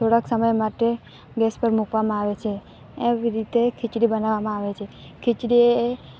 થોડાક સમય માટે ગેસ પર મૂકવામાં આવે છે એવી રીતે ખિચડી બનાવામાં આવે છે ખીચડી એ